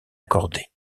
accordée